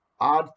Add